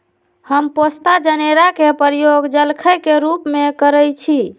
हम पोस्ता जनेरा के प्रयोग जलखइ के रूप में करइछि